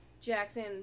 Jackson